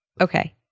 Okay